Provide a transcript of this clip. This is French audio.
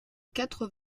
quatre